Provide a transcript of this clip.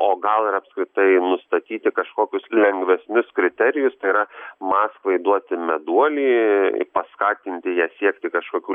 o gal ir apskritai nustatyti kažkokius lengvesnius kriterijus tai yra maskvai duoti meduolį paskatinti ją siekti kažkokių